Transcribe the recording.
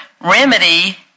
remedy